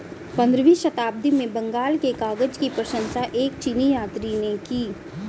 पंद्रहवीं शताब्दी में बंगाल के कागज की प्रशंसा एक चीनी यात्री ने की